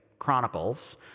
Chronicles